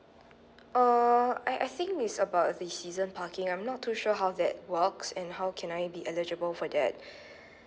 uh I I think is about the season parking I'm not too sure how that works and how can I be eligible for that